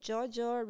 Jojo